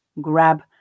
grab